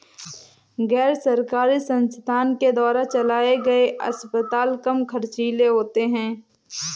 गैर सरकारी संस्थान के द्वारा चलाये गए अस्पताल कम ख़र्चीले होते हैं